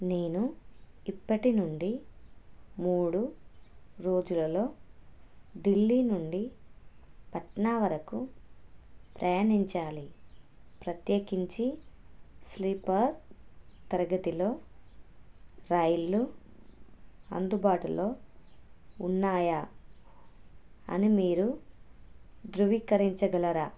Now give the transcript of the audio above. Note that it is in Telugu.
నేను ఇప్పటి నుండి మూడు రోజులలో ఢిల్లీ నుండి పట్నా వరకు ప్రయాణించాలి ప్రత్యేకించి స్లీపర్ తరగతిలో రైళ్ళు అందుబాటులో ఉన్నాయా అని మీరు ధృవీకరించగలరా